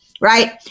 Right